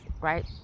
right